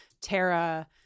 Tara